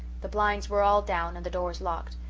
the blinds were all down and the doors locked.